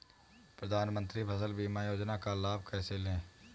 प्रधानमंत्री फसल बीमा योजना का लाभ कैसे लें?